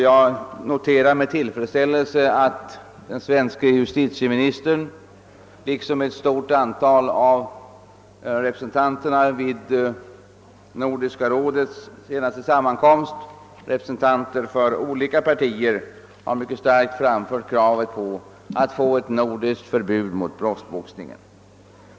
Jag noterar med tillfredsställelse att justitieminister Kling liksom ett stort antal representanter för olika partier vid Nordiska rådets senaste session mycket starkt framförde kravet på ett förbud här i Norden mot proffsboxning.